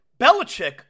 Belichick